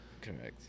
Correct